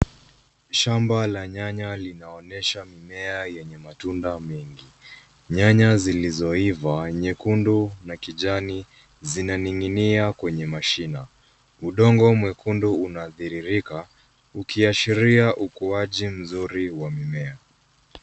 Shamba la nyanya linaonyesha mimea enye matunda mengi. Nyanya zilizoiva nyekundu na kijani zinaning'inia kwenye mashina. Udongo mwekundu unatiririka ukiashiria ukuaji mzuri wa mimea.